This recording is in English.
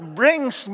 brings